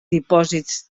dipòsits